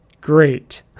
Great